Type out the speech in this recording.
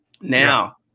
Now